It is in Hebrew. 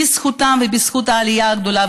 ובזכותם ובזכות העלייה הגדולה,